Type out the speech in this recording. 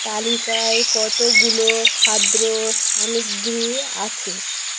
তালিকায় কতগুলো খাদ্য সামগ্রী আছে